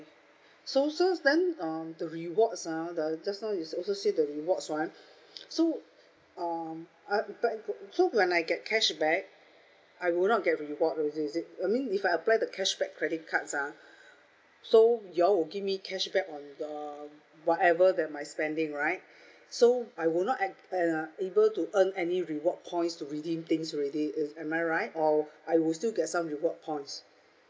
so so then um the rewards ha the just now you also say the rewards [one] so um I but so when I get cashback I would not get reward or is it I mean if I apply the cashback credit cards ha so you all will give me cashback on the whatever that my spending right so I would not a~ and uh able to earn any reward points to redeem things already i~ am I right or I will still get some reward points